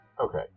Okay